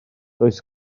does